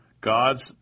gods